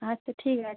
আচ্ছা ঠিক আছে